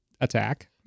Attack